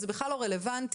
זה בכלל לא רלוונטי,